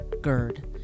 GERD